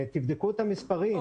תבדקו את המספרים.